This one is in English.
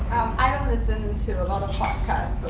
i don't listen to podcasts.